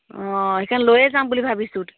অঁ সেইকাৰণে লৈয়ে যাম বুলি ভাবিছোঁ